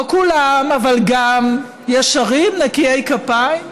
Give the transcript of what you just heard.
לא כולם, אבל גם, ישרים, נקיי כפיים.